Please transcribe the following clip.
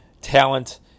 talent